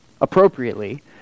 appropriately